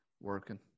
Working